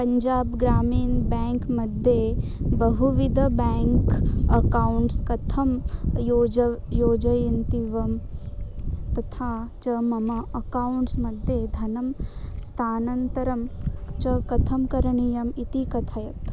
Punjab Gramin bank मध्ये बहुविधं bank accounts कथं योज योजयन्ति एवं तथा च मम अकौण्ट्स् मध्ये धनं स्थानान्तरं च कथं करणीयम् इति कथय